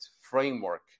framework